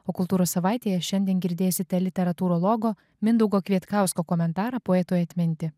o kultūros savaitėje šiandien girdėsite literatūrologo mindaugo kvietkausko komentarą poetui atminti